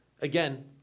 Again